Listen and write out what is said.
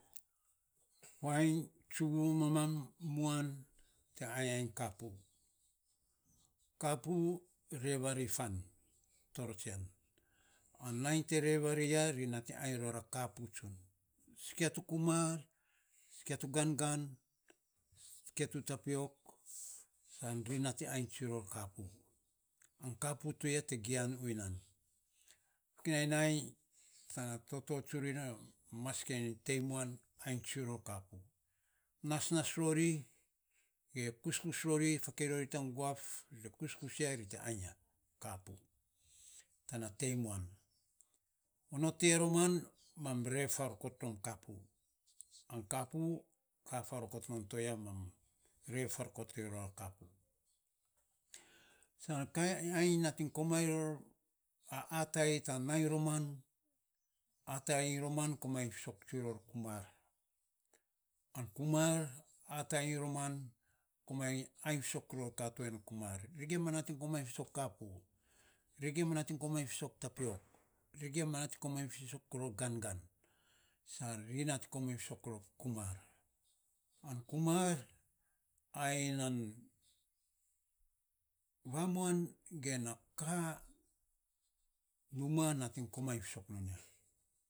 Vainy tsuvumamam muan te ainyainy kapu, kapu rev a ri fan toro tsian an nainy te rev a ri ya, ri nating ainy ror a kapu tsun, sikia tu kumar, sikia gangan sikia tu tapiok, san ri nating ainy tsun ror kapu an kapu toya te gian unia nan, fo kinainy nainy tana toto tana maseke iny muiny ainy tsun ror kapu. Nasnas rori ge kuskus rori ge fakei rori tan guaf, ri kuskus ri ainy ya. Kapu tana tei muan. Onot ti ya roman, mam rev farogot rom kapu. An kapu ka farogot to ya man rev farogot rom kapu. San kainy ainy tan atai iny roman nating fisok kumar. An kumar atai iny romain komainy ainy fisok ror kato yan kumar. Ri gima nating komainy fisok kapu. Ri gima nating komainy fisok gangan. Ri gima nating komainy tapiok. Ri nating komainy fisok ror kumar. Ai nan famuan ge na ka numa nating komainy fisok ror ya.